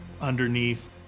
underneath